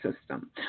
system